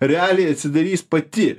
realiai atsidarys pati